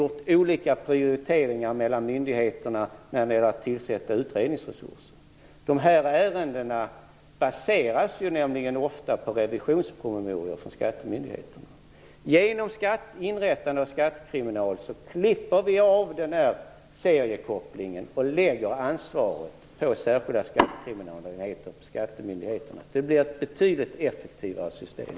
De olika myndigheterna har gjort olika prioriteringar när det gäller att tillsätta utredningsresurser. Dessa ärenden baseras ju nämligen ofta på revisionspromemorior från skattemyndigheterna. Genom inrättandet av skattekriminal klipper vi av denna seriekoppling och lägger ansvaret på särskilda skattekriminaler i stället för på skattemyndigheterna. Det blir ett betydligt effektivare system.